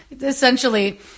Essentially